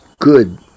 good